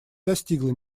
достигла